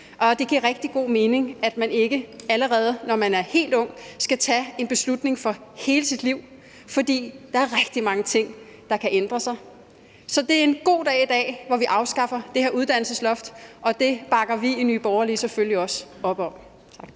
det giver rigtig god mening, at man ikke allerede, når man er helt ung, skal tage en beslutning for hele sit liv, for der er rigtig mange ting, der kan ændre sig. Så det er en god dag i dag, hvor vi afskaffer det her uddannelsesloft, og det bakker vi i Nye Borgerlige selvfølgelig også op om.